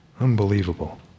Unbelievable